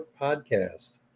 podcast